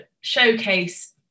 showcase